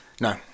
no